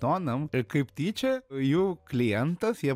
tonam ir kaip tyčia jų klientas jie